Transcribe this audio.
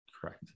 Correct